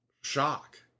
shock